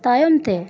ᱛᱟᱭᱚᱢ ᱛᱮ